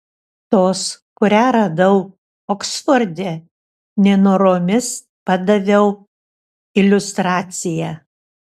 tos kurią radau oksforde nenoromis padaviau iliustraciją